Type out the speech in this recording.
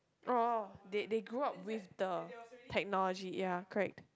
oh oh they they grow up with the technology ya correct